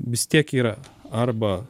vis tiek yra arba